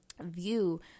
view